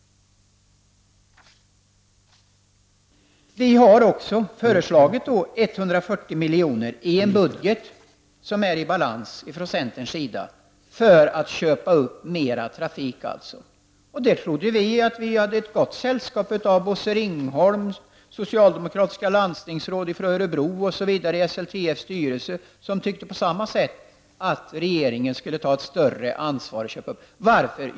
Centerpartiet har också föreslagit att 140 milj.kr., i en budget som är i balans, skall användas till att köpa upp mer trafik. Vi trodde att vi i det fallet hade ett gott sällskap av Bosse Ringholm, socialdemokratiska landstingsråd från Örebro osv. samt SLTF:s styrelse som tyckte på samma sätt, dvs. att regeringen skulle ta ett större ansvar och köpa upp trafik. Varför?